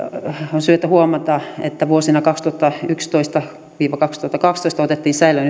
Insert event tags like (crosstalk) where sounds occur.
on syytä huomata että vuosina kaksituhattayksitoista viiva kaksituhattakaksitoista otettiin säilöön (unintelligible)